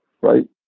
right